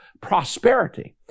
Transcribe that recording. prosperity